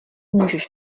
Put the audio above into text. můžeš